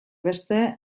beste